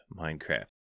Minecraft